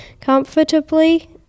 comfortably